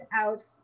out